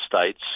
states